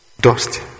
Dust